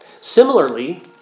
Similarly